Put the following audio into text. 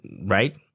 right